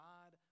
God